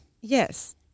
Yes